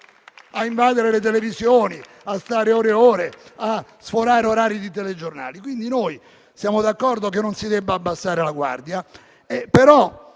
a invadere le televisioni e stare ore e ore sforando gli orari dei telegiornali. Siamo d'accordo che non si debba abbassare la guardia,